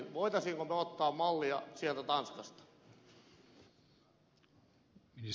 voisimmeko me ottaa mallia sieltä tanskasta